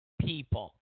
people